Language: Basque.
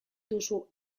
duzu